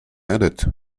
added